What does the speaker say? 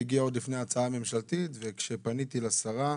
הגיעה עוד לפני ההצעה הממשלתית וכשפניתי לשרה,